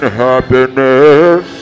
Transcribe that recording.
happiness